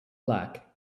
black